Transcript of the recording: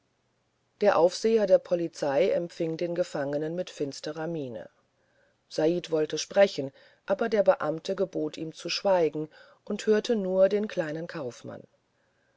der aufseher der polizei empfing den gefangenen mit finsterer miene said wollte sprechen aber der beamte gebot ihm zu schweigen und verhörte nur den kleinen kaufmann